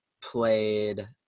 played